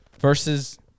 versus